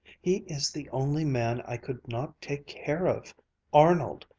he is the only man i could not take care of arnold!